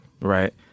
right